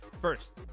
First